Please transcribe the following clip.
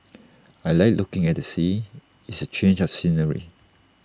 I Like looking at the sea it's A change of scenery